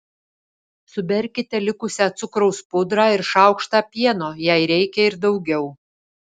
suberkite likusią cukraus pudrą ir šaukštą pieno jei reikia ir daugiau